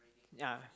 ya